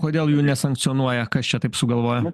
kodėl jų nesankcionuoja kas čia taip sugalvojo